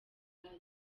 budage